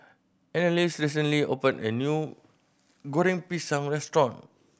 Anneliese recently opened a new Goreng Pisang restaurant